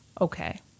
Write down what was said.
Okay